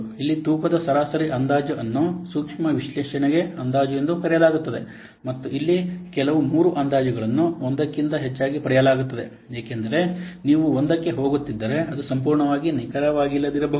ಇಲ್ಲಿ ತೂಕದ ಸರಾಸರಿ ಅಂದಾಜು ಅನ್ನು ಸೂಕ್ಷ್ಮ ವಿಶ್ಲೇಷಣೆ ಅಂದಾಜು ಎಂದೂ ಕರೆಯಲಾಗುತ್ತದೆ ಮತ್ತು ಇಲ್ಲಿ ಕೇವಲ ಮೂರು ಅಂದಾಜುಗಳನ್ನು ಒಂದಕ್ಕಿಂತ ಹೆಚ್ಚಾಗಿ ಪಡೆಯಲಾಗುತ್ತದೆ ಏಕೆಂದರೆ ನೀವು ಒಂದಕ್ಕೆ ಹೋಗುತ್ತಿದ್ದರೆ ಅದು ಸಂಪೂರ್ಣವಾಗಿ ನಿಖರವಾಗಿಲ್ಲದಿರಬಹುದು